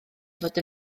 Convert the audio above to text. fod